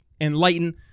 Enlighten